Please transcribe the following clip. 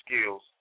skills